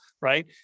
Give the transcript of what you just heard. right